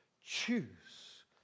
Choose